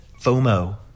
fomo